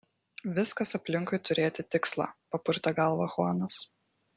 viskas aplinkui turėti tikslą papurtė galvą chuanas